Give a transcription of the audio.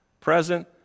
present